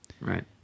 Right